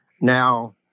now